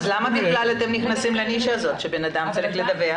למה בכלל אתם נכנסים לנישה הזאת שבן אדם צריך לדווח?